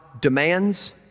demands